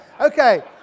Okay